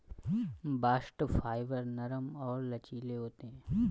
bast fibre नरम और लचीले होते हैं